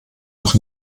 doch